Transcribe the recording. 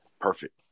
perfect